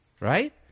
Right